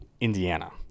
Indiana